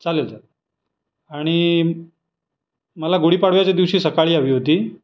चालेल चालेल आणि मला गुढीपाडव्याच्या दिवशी सकाळी हवी होती